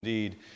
Indeed